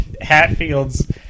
Hatfields